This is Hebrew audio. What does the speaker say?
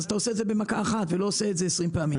אתה עושה את זה במכה אחת ולא עשרים פעם.